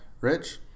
Rich